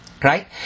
Right